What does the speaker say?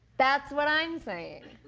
that's what i'm saying!